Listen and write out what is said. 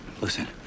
Listen